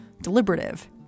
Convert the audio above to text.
deliberative